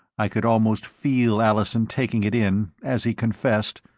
i could almost feel allison taking it in, as he confessed,